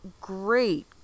great